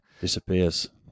disappears